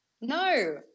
no